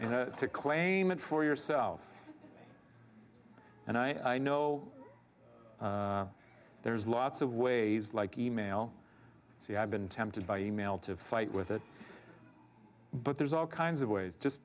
to claim it for yourself and i know there's lots of ways like email see i've been tempted by email to fight with it but there's all kinds of ways just